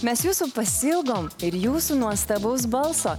mes jūsų pasiilgom ir jūsų nuostabaus balso